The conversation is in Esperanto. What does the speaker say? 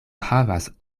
havas